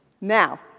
Now